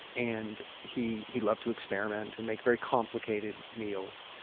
and he he loved to experiment and make very complicated meals,